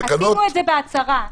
עשינו את זה בהצהרה.